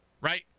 right